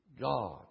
God